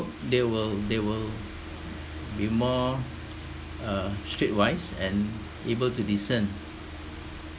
they will they will be more uh streetwise and able to discern